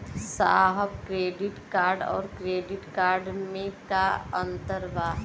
साहब debit card और credit card में का अंतर बा?